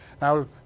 Now